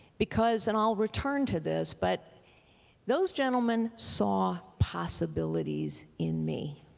because, and i'll return to this, but those gentlemen saw possibilities in me